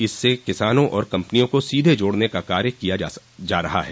इससे किसानों और कम्पनियों को सीधे जोड़ने का काम किया जा रहा है